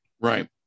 right